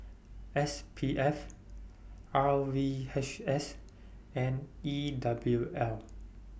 S P F R V H S and E W L